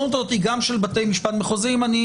היא גם של בתי משפט מחוזיים.